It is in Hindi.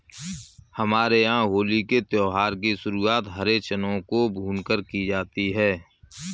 हमारे यहां होली के त्यौहार की शुरुआत हरे चनों को भूनकर की जाती है